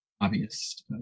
Obvious